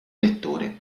lettore